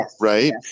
right